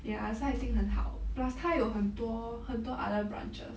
ya so I think 很好 plus 他有很多很多 other branches